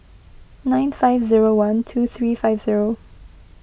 nine five zero one two three five zero